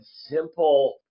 simple